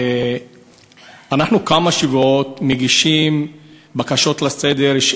אנחנו כמה שבועות מגישים הצעות לסדר-היום,